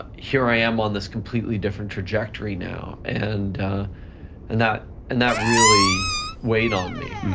here i am on this completely different trajectory now. and and that and that really weighed on me,